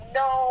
no